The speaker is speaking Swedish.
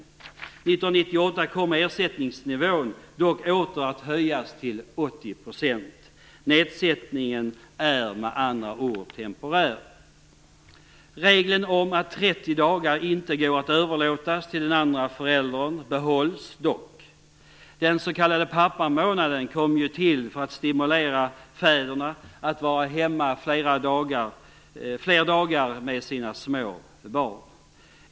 1998 kommer ersättningsnivån dock åter att höjas till 80 %. Nedsättningen är med andra ord temporär. Regeln om att 30 dagar inte kan överlåtas till den andra föräldern behålls dock. Den s.k. pappamånaden kom ju till för att stimulera fäderna att vara hemma fler dagar med sina små barn.